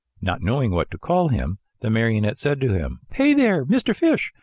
not knowing what to call him, the marionette said to him hey there, mr. fish,